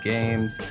Games